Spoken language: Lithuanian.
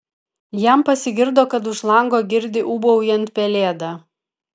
jam pasigirdo kad už lango girdi ūbaujant pelėdą